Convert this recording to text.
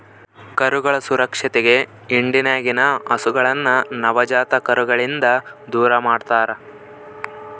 ಕರುಗಳ ಸುರಕ್ಷತೆಗೆ ಹಿಂಡಿನಗಿನ ಹಸುಗಳನ್ನ ನವಜಾತ ಕರುಗಳಿಂದ ದೂರಮಾಡ್ತರಾ